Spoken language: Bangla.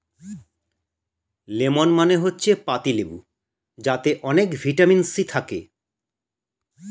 লেমন মানে হচ্ছে পাতিলেবু যাতে অনেক ভিটামিন সি থাকে